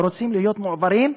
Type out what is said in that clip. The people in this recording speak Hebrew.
ורוצים להיות מועברים,